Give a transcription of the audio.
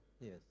Yes